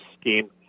scheme